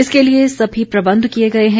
इसके लिए सभी प्रबंध किए गए हैं